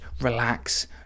relax